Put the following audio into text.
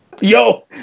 Yo